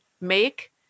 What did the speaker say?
make